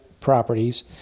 properties